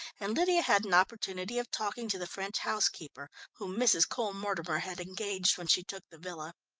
and lydia had an opportunity of talking to the french housekeeper whom mrs. cole-mortimer had engaged when she took the villa.